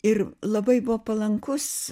ir labai buvo palankus